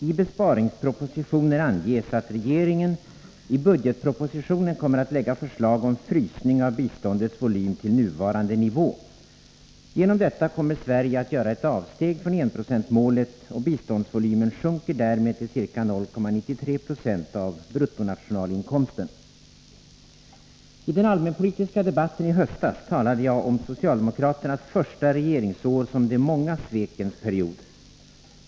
I besparingspropositionen anges att regeringen i budgetpropositionen kommer att lägga fram förslag om frysning av biståndets volym till nuvarande nivå. Genom detta kommer Sverige att göra ett avsteg från enprocentsmålet, och biståndsvolymen sjunker därmed till ca 0,93 90 av bruttonationalinkomsten. I den allmänpolitiska debatten i höstas talade jag om socialdemokraternas första regeringsår som de många svekens period.